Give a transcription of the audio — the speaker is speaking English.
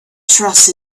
trust